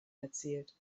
erzielt